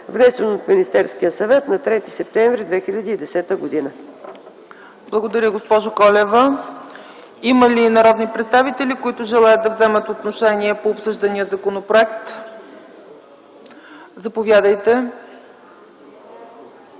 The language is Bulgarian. внесен от Министерския съвет на 3 септември 2010 г. ПРЕДСЕДАТЕЛ ЦЕЦКА ЦАЧЕВА: Благодаря, госпожо Колева. Има ли народни представители, които желаят да вземат отношение по обсъждания законопроект? Заповядайте